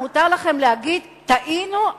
ומותר לכם להגיד: טעינו,